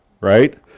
right